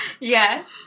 yes